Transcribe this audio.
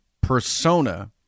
persona